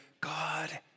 God